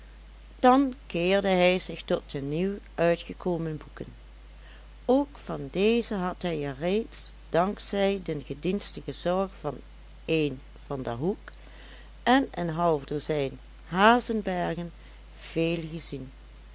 dan keerde hij zich tot de nieuw uitgekomen boeken ook van deze had hij er reeds dank zij den gedienstigen zorgen van één van der hoek en een half dozijn hazenbergen vele gezien